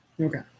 Okay